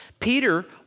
Peter